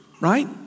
Right